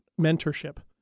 Mentorship